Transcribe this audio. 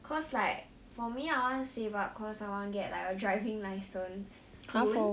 cause like for me I want save up cause I wanna get like a driving licence soon